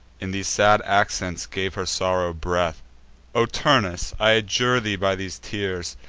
in these sad accents gave her sorrow breath o turnus, i adjure thee by these tears,